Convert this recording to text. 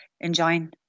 enjoying